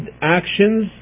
actions